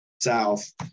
South